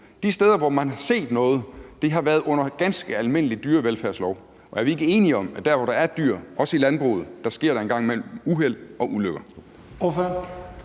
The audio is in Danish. De steder, hvor man har set noget, har været underlagt ganske almindelig dyrevelfærdslov, og er vi ikke enige om, at der, hvor der er dyr, også i landbruget, sker der en gang imellem uheld og ulykker?